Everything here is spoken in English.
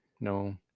no